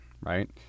Right